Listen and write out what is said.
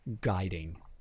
guiding